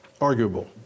arguable